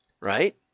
right